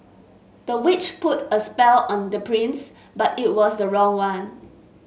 the witch put a spell on the prince but it was the wrong one